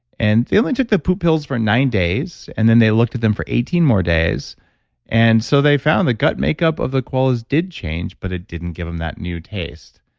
and they only took the poop pills for nine days, and then they looked at them for eighteen more days and so, they found a gut makeup of the koalas did change, but it didn't give them that new taste.